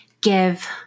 give